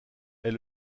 est